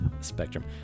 Spectrum